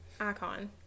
icon